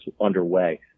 underway